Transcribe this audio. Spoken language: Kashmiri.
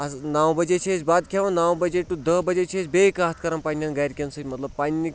اَز نَو بَجے چھِ أسۍ بَتہٕ کھٮ۪وان نَو بَجے ٹُہ دَہ بَجے چھِ أسۍ بیٚیہِ کَتھ کَران پَنٛنٮ۪ن گَرِکٮ۪ن سۭتۍ مطلب پنٛنہِ